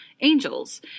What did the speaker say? angels